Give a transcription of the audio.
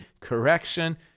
correction